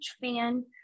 fan